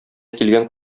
килгән